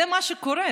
זה מה שקורה.